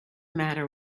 matter